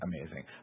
Amazing